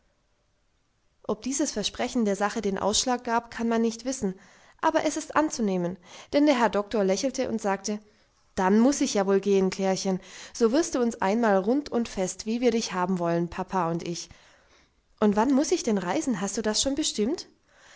ob dieses versprechen der sache den ausschlag gab kann man nicht wissen aber es ist anzunehmen denn der herr doktor lächelte und sagte dann muß ich ja wohl gehen klärchen so wirst du uns einmal rund und fest wie wir dich haben wollen papa und ich und wann muß ich denn reisen hast du das schon bestimmt